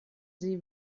sie